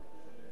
למשל,